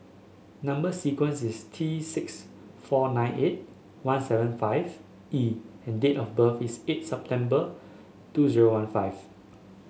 number sequence is T six four nine eight one seven five E and date of birth is eight September two zero one five